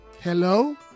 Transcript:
Hello